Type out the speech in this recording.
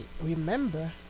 remember